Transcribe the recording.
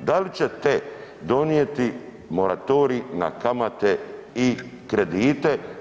da li ćete donijeti moratorij na kamate i kredite?